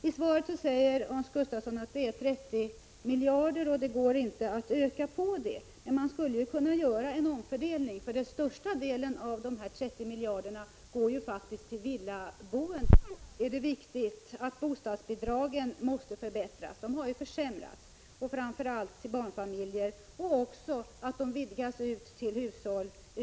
I svaret säger Hans Gustafsson att stödet uppgår till 30 miljarder kronor och att det inte går att öka det. Men man skulle kunna göra en omfördelning. Den största delen av de 30 miljarderna går faktiskt till villaboendet. För något år sedan var det enligt en uppgift jag såg 17 — 18 miljarder som gick till villaboendet. Tog man 3 miljarder från villasektorn skulle man kunna sänka hyrorna i allmännyttan med mellan 300 och 500 kr. i månaden. Det skulle vara en stor hjälp för de familjer som i dag har svårt att klara sin hyra.